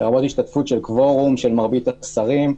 לרבות השתתפות של קוורום של מרבית השרים,